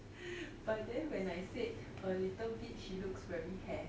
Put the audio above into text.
but then when I said a little bit she looks very happy